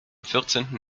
vierzehnten